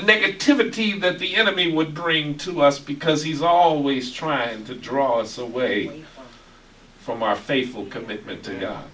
negativity that the enemy will bring to us because he's always trying to draw in some way from our faithful commitment to